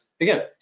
again